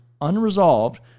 unresolved